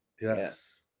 Yes